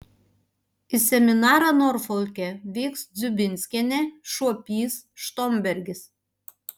į seminarą norfolke vyks dziubinskienė šuopys štombergis